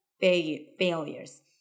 failures